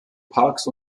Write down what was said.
parks